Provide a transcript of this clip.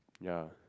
ya